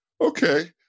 Okay